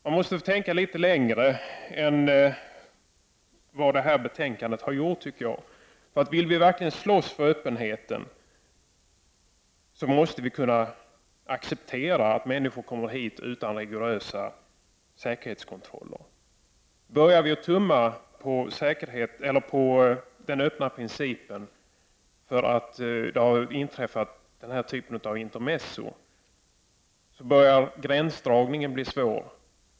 Man måste tänka litet längre än vad man har gjort i betänkandet, tycker jag. Vill vi verkligen slåss för öppenheten måste vi kunna acceptera att människor kommer hit utan rigorösa säkerhetskontroller. Börjar vi tumma på den öppna principen därför att den här typen av intermezzon inträffat, börjar gränsdragningen bli svår.